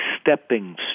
stepping